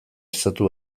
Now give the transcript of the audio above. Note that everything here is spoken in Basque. estatu